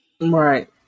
Right